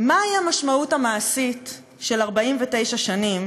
"מה היא המשמעות המעשית של 49 שנים,